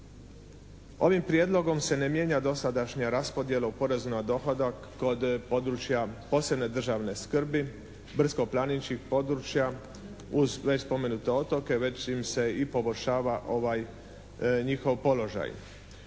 Ovim prijedlogom se ne mijenja dosadašnja raspodjela u porezu na dohodak kod područja posebne državne skrbi, brdsko-planinskih područja uz već spomenute otoke već im se i poboljšava njihov položaj.